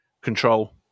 control